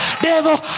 devil